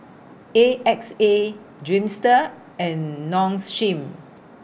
A X A Dreamster and Nong Shim